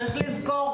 צריך לזכור,